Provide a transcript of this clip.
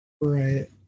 Right